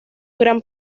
gran